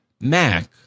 Mac